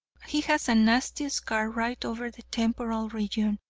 he has a nasty scar right over the temporal region,